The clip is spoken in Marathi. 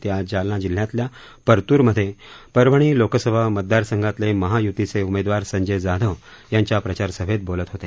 ते आज जालना जिल्ह्यातल्या परतूरमध्ये परभणी लोकसभा मतदार संघातले महाय्तीचे उमेदवार संजय जाधव यांच्या प्रचार सभेत बोलत होते